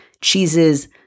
Cheeses